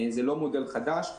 זה לא מודל חדש.